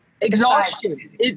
Exhaustion